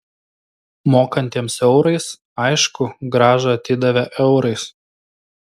mokantiems eurais aišku grąžą atidavė eurais